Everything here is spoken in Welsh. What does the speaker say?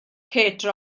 kate